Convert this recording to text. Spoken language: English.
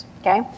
okay